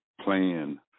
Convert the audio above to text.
plan